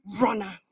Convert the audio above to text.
runner